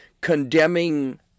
condemning